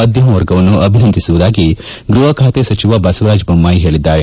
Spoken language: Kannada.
ಮಾಧ್ಯಮ ವರ್ಗವನ್ನು ಅಭಿನಂದಿಸುವುದಾಗಿ ಗೃಹಖಾತೆ ಸಚಿವ ಬಸವರಾಜ್ ಬೊಮ್ಬಾಯಿ ಹೇಳಿದ್ದಾರೆ